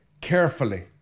carefully